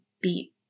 beat